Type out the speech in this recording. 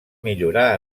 millorar